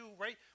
right